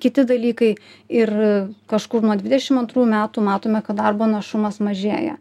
kiti dalykai ir kažkur nuo dvidešim antrų metų matome kad darbo našumas mažėja